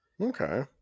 Okay